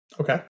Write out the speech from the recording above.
Okay